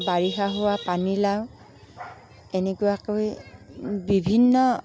বাৰিষা হোৱা পানীলাও এনেকুৱাকৈ বিভিন্ন